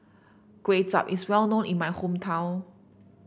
Kway Chap is well known in my hometown